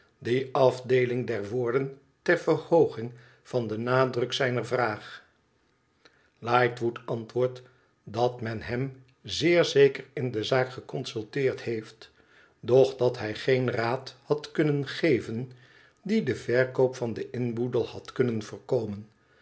die afdeeling der woorden ter verhooging van den nadruk zijner vraag lightwood antwoordt dat men hem zeer zeker in de zaak geconsulteerd heeft doch dat hij geen raad had kunnen geven die den verkoop van den inboedel had kunnen voorkomen